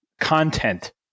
content